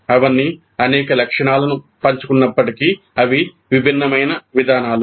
అవన్నీ అనేక లక్షణాలను పంచుకున్నప్పటికీ అవి విభిన్నమైన విధానాలు